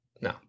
No